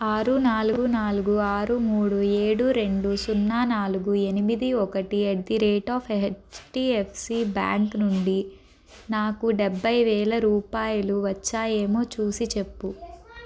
ఆరు నాలుగు నాలుగు ఆరు మూడు ఏడు రెండు సున్నా నాలుగు ఎనిమిది ఒకటి at the rate of HDFC bank నుండి నాకు డెబ్భై వేల రూపాయలు వచ్చాయేమో చూసిచెప్పు